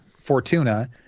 Fortuna